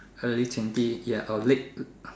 early twenty ya or late